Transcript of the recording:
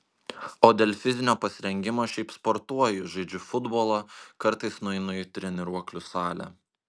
o dėl fizinio pasirengimo šiaip sportuoju žaidžiu futbolą kartais nueinu į treniruoklių salę